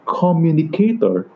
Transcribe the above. communicator